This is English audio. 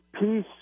peace